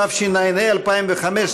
התשע"ה 2015,